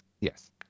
Yes